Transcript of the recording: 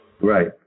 Right